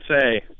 say